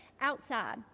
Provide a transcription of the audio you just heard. outside